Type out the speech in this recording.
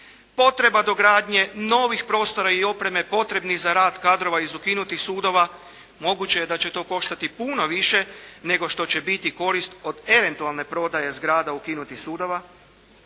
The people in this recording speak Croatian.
potreba dogradnje novih prostora i opreme potrebnih za rad kadrova iz ukinutih sudova. Moguće je da će to koštati puno više nego što će biti korist od eventualne prodaje zgrada ukinutih sudova.